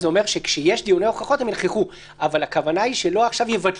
זה אומר שכאשר יש דיוני הוכחות הם יהיו נוכחים,